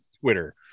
Twitter